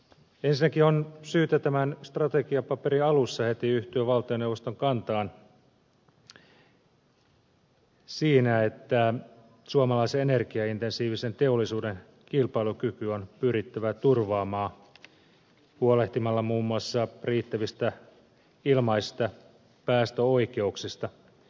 ensinnäkin on syytä tämä strategiapaperin alussa heti yhtyä valtioneuvoston kantaan siinä että suomalaisen energiaintensiivisen teollisuuden kilpailukyky on pyrittävä turvaamaan huolehtimalla muun muassa riittävistä ilmaisista päästöoikeuksista